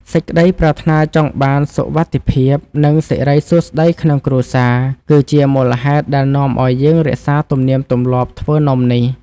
សេចក្ដីប្រាថ្នាចង់បានសុវត្ថិភាព និង សិរីសួស្ដីក្នុងគ្រួសារគឺជាមូលហេតុដែលនាំឱ្យយើងរក្សាទំនៀមទម្លាប់ធ្វើនំនេះ។